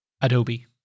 Adobe